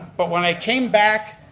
but when i came back